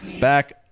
back